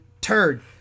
turd